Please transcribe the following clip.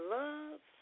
love